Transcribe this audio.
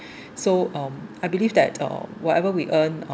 so um I believe that uh whatever we earn uh